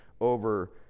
over